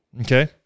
okay